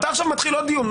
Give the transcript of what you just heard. אתה עכשיו מתחיל עוד דיון.